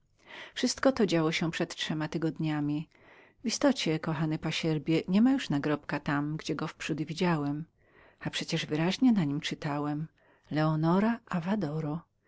wszystko to działo się przed trzema tygodniami w istocie kochany pasierbie nie ma już tam nagrobka gdzie go wprzódy widziałem przecież wyraźnie na nim czytałem tu leży leonora avadoro